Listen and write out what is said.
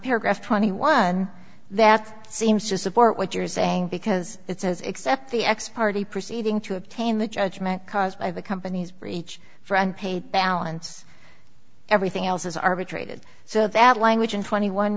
paragraph twenty one that seems to support what you're saying because it says except the ex party proceeding to obtain the judgement caused by the company's breach for unpaid balance everything else is arbitrated so that language in twenty one